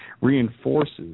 reinforces